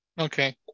Okay